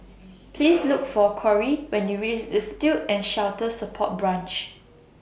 Please Look For Kory when YOU REACH Destitute and Shelter Support Branch